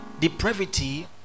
depravity